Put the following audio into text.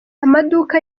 amaduka